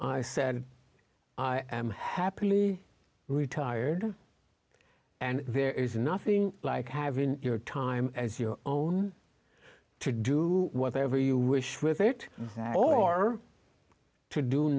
said happily retired and there is nothing like having your time as your own to do whatever you wish with it or to do